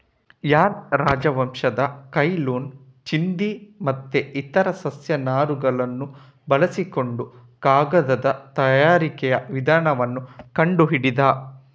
ಹಾನ್ ರಾಜವಂಶದ Cai Lun ಚಿಂದಿ ಮತ್ತೆ ಇತರ ಸಸ್ಯ ನಾರುಗಳನ್ನ ಬಳಸಿಕೊಂಡು ಕಾಗದದ ತಯಾರಿಕೆಯ ವಿಧಾನವನ್ನ ಕಂಡು ಹಿಡಿದ